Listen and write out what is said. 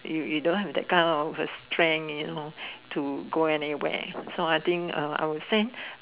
you don't have that kind of uh strength anymore to go anywhere so I think I will send